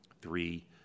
three